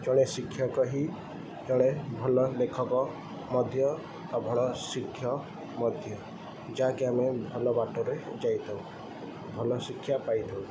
ଜଣେ ଶିକ୍ଷକ ହିଁ ଜଣେ ଭଲ ଲେଖକ ମଧ୍ୟ ବା ଭଲ ଶିକ୍ଷ ମଧ୍ୟ ଯାହାକି ଆମେ ଭଲ ବାଟରେ ଯାଇଥାଉ ଭଲ ଶିକ୍ଷା ପାଇଥାଉ